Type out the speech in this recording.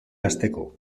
hasteko